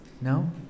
No